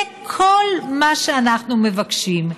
זה כל מה שאנחנו מבקשים,